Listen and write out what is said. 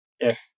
Yes